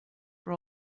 for